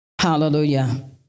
Hallelujah